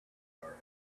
our